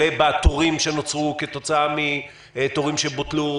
כלה בתורים שנוצרו כתוצאה מתורים שבוטלו